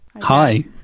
Hi